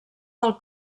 del